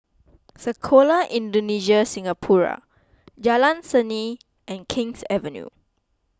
Sekolah Indonesia Singapura Jalan Seni and King's Avenue